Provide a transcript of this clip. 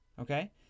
Okay